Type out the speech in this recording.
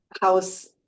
house